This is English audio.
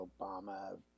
Obama